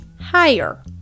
higher